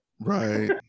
Right